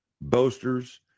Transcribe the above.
boasters